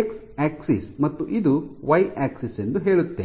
X axis ಮತ್ತು ಇದು Y axis ಎಂದು ಹೇಳುತ್ತೇನೆ